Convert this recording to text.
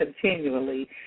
continually